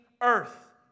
earth